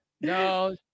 No